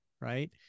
right